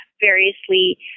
variously